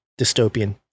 dystopian